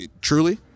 truly